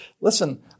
listen